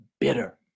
bitter